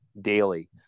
daily